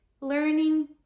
learning